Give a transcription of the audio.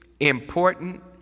Important